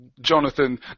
Jonathan